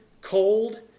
cold